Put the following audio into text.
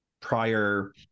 prior